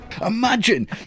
Imagine